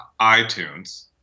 itunes